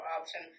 option